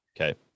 Okay